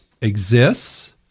exists